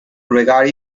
regard